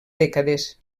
dècades